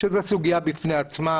שזו סוגיה בפני עצמה,